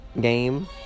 game